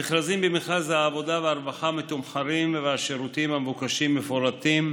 המכרזים במכרז העבודה והרווחה מתומחרים והשירותים המבוקשים מפורטים,